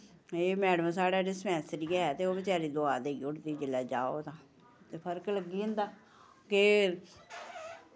एह् मैडम साढ़े डिस्पैंसरी ऐ ते ओह् बचैरी दोआ देई ओड़दी जिल्लै जाओ तां ते फर्क लग्गी जंदा के